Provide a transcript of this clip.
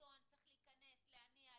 להניע,